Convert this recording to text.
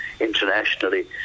internationally